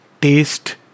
taste